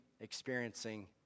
experiencing